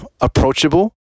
approachable